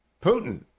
Putin